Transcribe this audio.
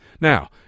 Now